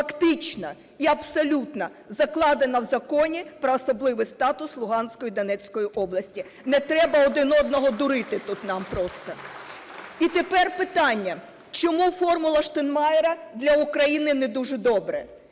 фактично і абсолютно закладена в Законі про особливий статус Луганської і Донецької області. Не треба тут один одного дурити нам просто. І тепер питання. Чому "формула Штайнмайєра" для України не дуже добре?